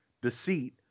deceit